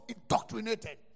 indoctrinated